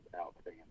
outstanding